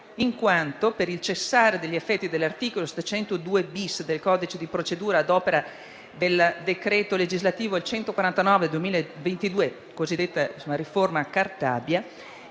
modifica, per il cessare degli effetti dell'articolo 702-*bis* del codice di procedura civile ad opera del decreto legislativo n. 149 del 2022 (la cosiddetta riforma Cartabia),